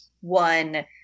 one